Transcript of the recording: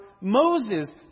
Moses